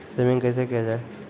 Saving कैसै किया जाय?